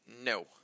no